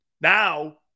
Now